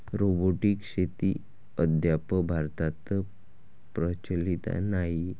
robotic शेती अद्याप भारतात प्रचलित नाही